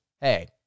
hey